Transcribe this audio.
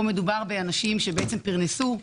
פה מדובר באנשים שפרנסו,